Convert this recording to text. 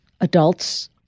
adults